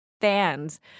fans